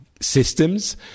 systems